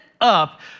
up